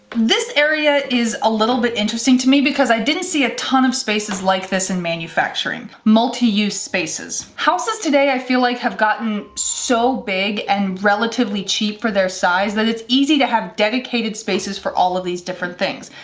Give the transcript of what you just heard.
this area is a little bit interesting to me because i didn't see a ton of spaces like this in manufacturing. multi-use spaces, houses today i feel like have gotten so big and relatively cheap for their size. that it's easy to have dedicated spaces for all of these different things.